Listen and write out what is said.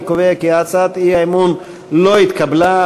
אני קובע כי הצעת האי-אמון לא התקבלה.